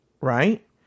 right